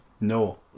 No